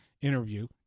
interview